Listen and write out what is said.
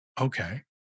Okay